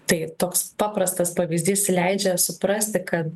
tai toks paprastas pavyzdys leidžia suprasti kad